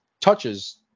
touches